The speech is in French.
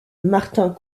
martin